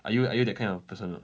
are you are you that kind of person